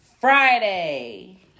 Friday